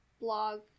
blog